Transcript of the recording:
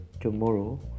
tomorrow